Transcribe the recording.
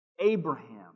Abraham